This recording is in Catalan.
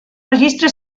registre